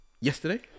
Yesterday